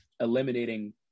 eliminating